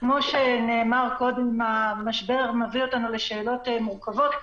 כמו שנאמר קודם, המשבר מביא אותנו לשאלות מורכבות.